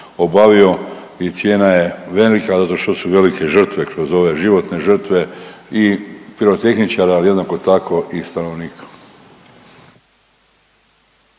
obavio i cijena je velika zato što su velike žrtve kroz ove životne žrtve i pirotehničara, ali jednako tako i stanovnika.